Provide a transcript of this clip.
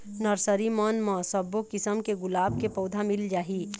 nursery मन म सब्बो किसम के गुलाब के पउधा मिल जाही